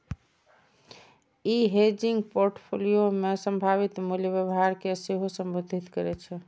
ई hedging portfolio मे संभावित मूल्य व्यवहार कें सेहो संबोधित करै छै